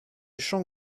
champ